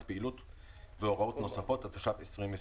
התש״ף-2020